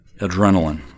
adrenaline